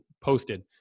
posted